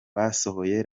basohoye